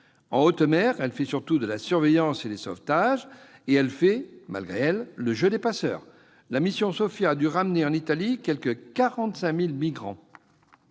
En haute mer, ils font surtout de la surveillance et des sauvetages et, malgré eux, le jeu des passeurs. La mission Sophia a dû ramener en Italie quelque 45 000 migrants.